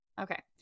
Okay